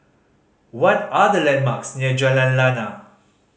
what are the landmarks near Jalan Lana